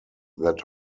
that